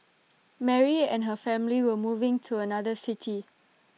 Mary and her family were moving to another city